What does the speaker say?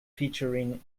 featuring